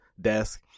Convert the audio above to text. desk